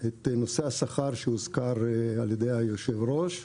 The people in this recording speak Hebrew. את נושא השכר שהוזכר על ידי היושב-ראש.